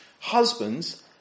Husbands